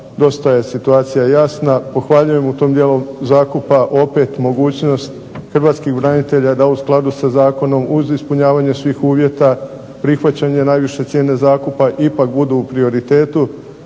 dosta je situacija jasno, pohvaljujem u tom dijelu zakupa opet mogućnost hrvatskih branitelja da u skladu sa zakonom uz ispunjavanje svih uvjeta, prihvaćanje najviše cijene zakupa ipak budu u prioritetu,